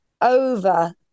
over